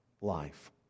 life